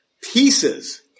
pieces